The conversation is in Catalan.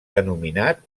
denominat